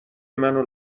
منو